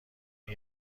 این